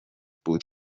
بود